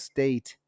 State